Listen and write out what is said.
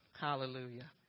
Hallelujah